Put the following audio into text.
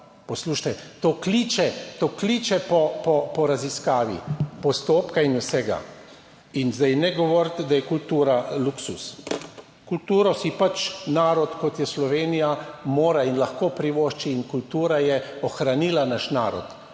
to kliče, to kliče po raziskavi postopka in vsega. In zdaj ne govoriti, da je kultura luksuz. Kulturo si pač narod kot je Slovenija mora in lahko privošči in kultura je ohranila naš narod.